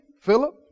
Philip